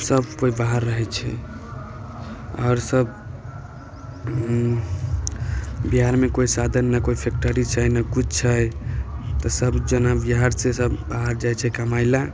सब कोइ बाहर रहै छै आओर सब बिहारमे कोइ साधनमे कोइ फैक्ट्री छै नहि किछु छै तऽ सब जना बिहार से सब बाहर जाइ छै कमाय लए